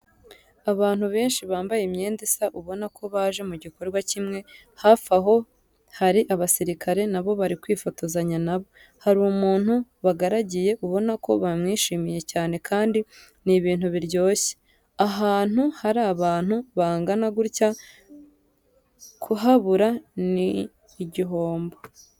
Abantu benshi bambaye imyenda isa ubona ko baje mu gikorwa kimwe, hafi aho hari abasirikare na bo bari kwifotozanya na bo. Hari umuntu bagaragiye ubona ko bamwishimiye cyane kandi ni ibintu biryoshye, ahantu hari abantu bangana gutya kuhabura ni igihombo.